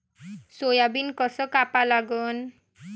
Soybean कस कापा लागन?